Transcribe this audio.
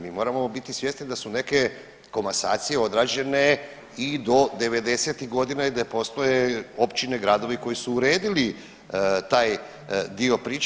Mi moramo biti svjesni da su neke komasacije odrađene i do '90.-tih godina i da postoje općine i gradovi koji su uredili taj dio priče.